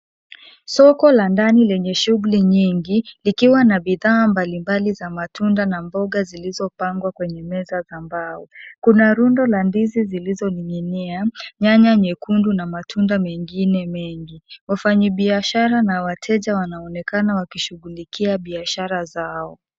Soko la ndani lenye shughuli nyingi, likiwa na bidhaa mbalimbali za matunda na mboga zilizopangwa, kwenye meza za mbao. Kuna rundo la ndizi zilizoning'inia, nyanya nyekundu na matunda mengine mengi. Wafanyibiashara na wateja wanaonekana wakishughulikia biashara zao.